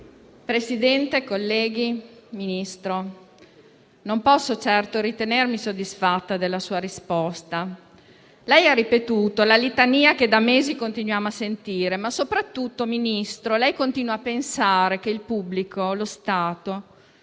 Presidente, colleghi, non posso certo ritenermi soddisfatta della risposta. Signor Ministro, lei ha ripetuto la litania che da mesi continuiamo a sentire, ma soprattutto, lei continua a pensare che il pubblico, lo Stato,